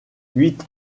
huit